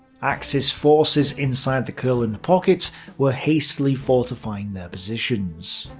axis forces inside the courland pocket were hastily fortifying their positions.